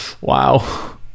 Wow